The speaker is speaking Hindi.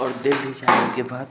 और डेल्ही जाने के बाद